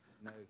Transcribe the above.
no